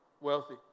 wealthy